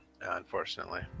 unfortunately